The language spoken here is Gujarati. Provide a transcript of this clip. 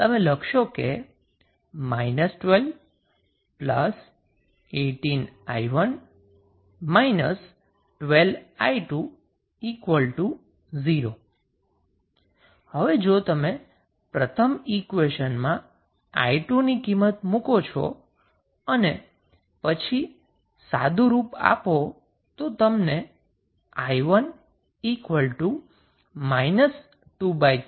તમે લખશો કે −1218𝑖1−12𝑖20 હવે જો તમે પ્રથમ ઈક્વેશનમાં 𝑖2 ની કિંમત મુકો અને પછી સાદુરૂપ આપો તો તમને i1 23A મળશે